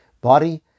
body